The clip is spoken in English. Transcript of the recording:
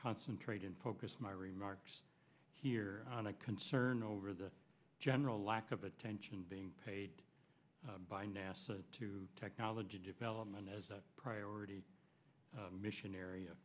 concentrate and focus my remarks here on a concern over the general lack of attention being paid by nasa to technology development as a priority mission area